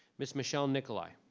miss michelle nikolai.